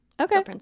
Okay